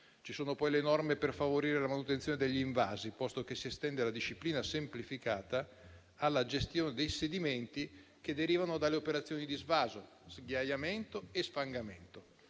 Ci sono poi le norme per favorire la manutenzione degli invasi, posto che si estende la disciplina semplificata alla gestione dei sedimenti che derivano dalle operazioni di svaso, sghiaiamento e sfangamento.